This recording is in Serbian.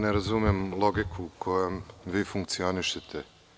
Ne razumem logiku kojom vi funkcionišete.